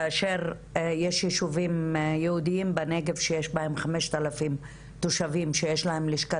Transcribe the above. כאשר יש ישובים יהודיים בנגב שיש בהם 5,000 תושבים שיש להם לשכת